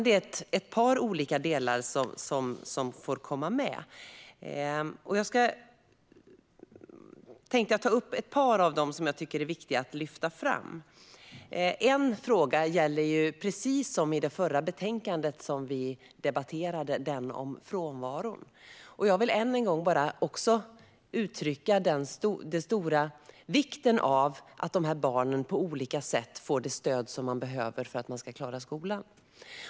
Det är ett par olika delar som får komma med, och jag tänkte ta upp ett par som jag tycker är viktiga att lyfta fram. En fråga gäller frånvaro, precis som i det förra betänkandet vi debatterade. Jag vill än en gång uttrycka vikten av att dessa barn på olika sätt får det stöd som de behöver för att klara skolan.